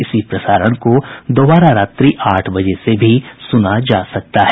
इसी प्रसारण को दोबारा रात्रि आठ बजे से भी सुना जा सकता है